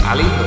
Ali